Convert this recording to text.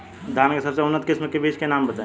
धान के सबसे उन्नत किस्म के बिज के नाम बताई?